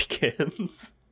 begins